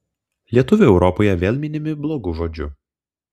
lietuviai europoje vėl minimi blogu žodžiu